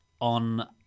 On